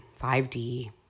5D